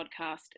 podcast